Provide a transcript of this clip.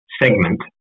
segment